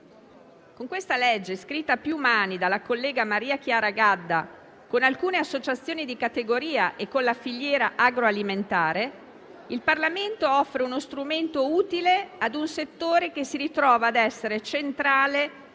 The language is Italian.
in esame, scritto a più mani dalla collega Maria Chiara Gadda con alcune associazioni di categoria e con la filiera agroalimentare, il Parlamento offre uno strumento utile a un settore che si ritrova a essere centrale